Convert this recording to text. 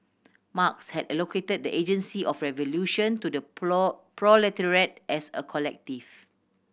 Marx had allocated the agency of revolution to the proletariat as a collective